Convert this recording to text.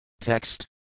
Text